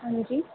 ਹਾਂਜੀ